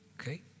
okay